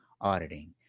auditing